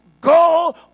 go